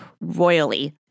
royally